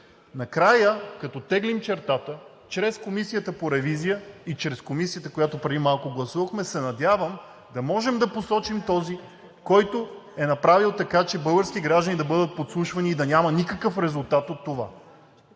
Накрая – като теглим чертата, чрез Комисията по ревизия и чрез Комисията, която преди малко гласувахме, се надявам да можем да посочим този, който е направил така, че български граждани да бъдат подслушвани и да няма никакъв резултат от това,